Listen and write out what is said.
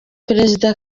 perezida